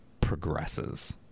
progresses